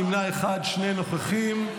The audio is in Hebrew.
נמנע אחד, שני נוכחים.